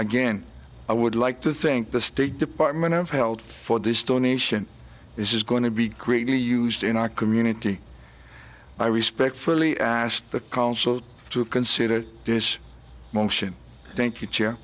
again i would like to thank the state department of health for this donation this is going to be greatly used in our community i respect the council to consider this motion thank you